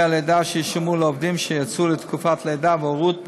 הלידה שישולמו לעובדים שיצאו לתקופת לידה והורות,